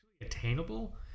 attainable